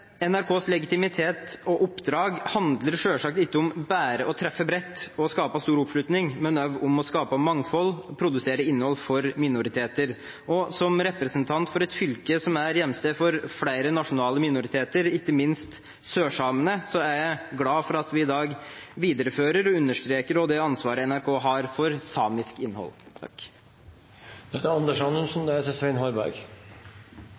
NRKs legitimitet og oppdrag handler selvsagt ikke bare om å treffe bredt og skape stor oppslutning, men også om å skape mangfold og produsere innhold for minoriteter. Som representant for et fylke som er hjemsted for flere nasjonale minoriteter, ikke minst sørsamene, er jeg glad for at vi i dag viderefører og understreker også det ansvaret NRK har for samisk innhold. En skulle tro at det